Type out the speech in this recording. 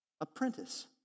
apprentice